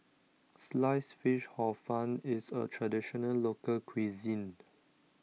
Sliced Fish Hor Fun is a Traditional Local Cuisine